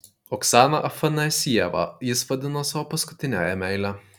oksaną afanasjevą jis vadino savo paskutiniąja meile